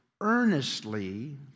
earnestly